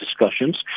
discussions